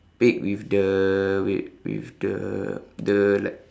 pig with the with with the the like